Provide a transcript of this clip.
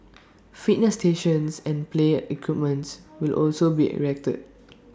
fitness stations and play equipment will also be erected